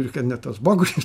ir kad ne tas bogušis